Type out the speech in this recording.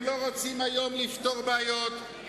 הם לא רוצים היום לפתור בעיות.